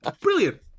Brilliant